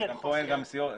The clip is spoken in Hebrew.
אין פה גם סיעות.